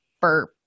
burp